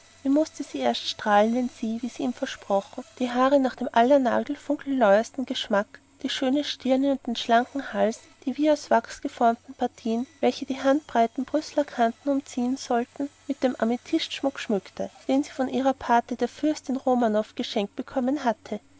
wie mußte sie erst strahlen wenn sie wie sie ihm versprochen die haare nach dem allernagelfunkelneuesten geschmack die schöne stirne und den schlanken hals die wie aus wachs geformten partien welche die handbreiten brüsseler kanten umziehen sollten mit dem amethystschmuck schmückte den sie von ihrer pate der fürstin romanow geschenkt bekommen hatte